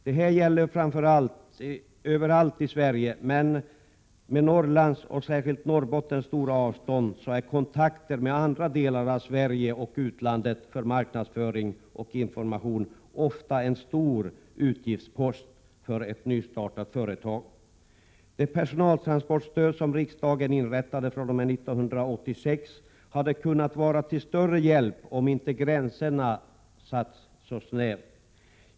Detta gäller överallt i Sverige, men med Norrlands och särskilt Norrbottens stora avstånd är kontakter med andra delar av Sverige och utlandet för marknadsföring och information ofta en stor utgiftspost för ett nystartat företag. Det persontransportstöd som riksdagen inrättade 1986 hade kunnat vara till större hjälp om inte gränserna satts så snävt.